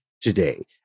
today